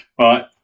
Right